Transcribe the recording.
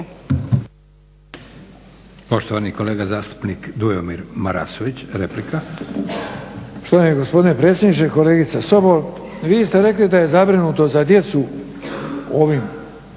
Poštovani kolega zastupnik Dujomir Marasović, replika. **Marasović, Dujomir (HDZ)** Štovani gospodine predsjedniče. Kolegice Sobol, vi ste rekli da je zabrinutost za djecu u ovim